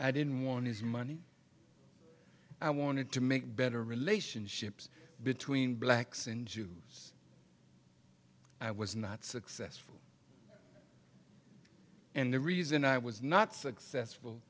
i didn't want his money i wanted to make better relationships between blacks and jews i was not successful and the reason i was not successful